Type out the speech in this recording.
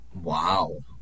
Wow